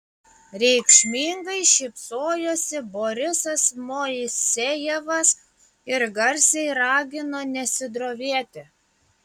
reikšmingai šypsojosi borisas moisejevas ir garsiai ragino nesidrovėti